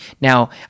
Now